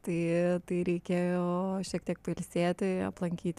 tai tai reikėjo šiek tiek pailsėti aplankyti